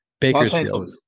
Bakersfield